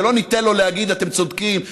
ולא ניתן לו להגיד: אתם צודקים,